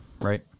right